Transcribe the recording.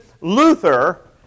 Luther